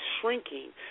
shrinking